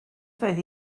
doedd